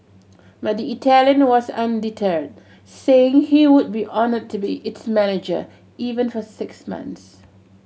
but the Italian was undeterred saying he would be honoured to be its manager even for six months